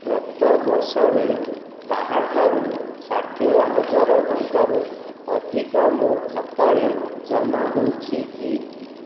ଗତ ବର୍ଷରେ କାହାଠାରୁ ଷାଠିଏ ହଜାର ଟଙ୍କାରୁ ଅଧିକ ମୋ ଖାତାରେ ଜମା ହୋଇଛି କି